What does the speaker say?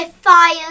fire